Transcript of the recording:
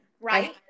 right